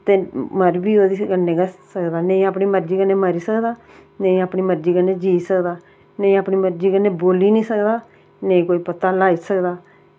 ते मरी बी ओह्दे कन्नै गै सकदा नेईं अपनी मर्ज़ी कन्नै मरी सकदा नेईं अपनी मर्ज़ी कन्नै जी सकदा नेईं अपनी मर्ज़ी कन्नै बोल्ली सकदा नेईं अपनी मर्ज़ी कन्नै कोई पत्ता ल्हाई निं सकदा